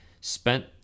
spent